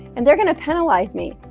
and they're going to penalize me,